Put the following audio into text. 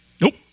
Nope